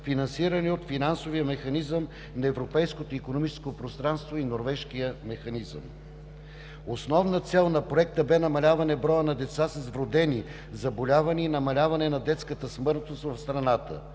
финансирани от финансовия механизъм на Европейското икономическо пространство и Норвежкия механизъм. Основна цел на Проекта бе намаляване броя на деца с вродени заболявания и намаляване на детската смъртност в страната.